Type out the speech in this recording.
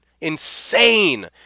insane